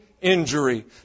injury